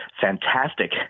fantastic